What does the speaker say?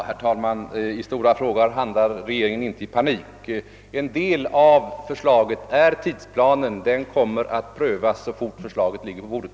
Herr talman! I stora frågor handlar regeringen inte i panik. En del av förslaget är tidsplanen. Den kommer att prövas så fort förslaget ligger på bordet.